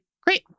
great